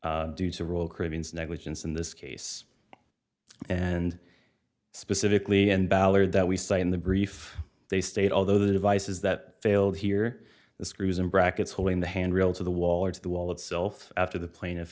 occur due to royal caribbean's negligence in this case and specifically and ballard that we saw in the brief they state although the devices that failed here the screws and brackets holding the hand real to the wall or to the wall itself after the pla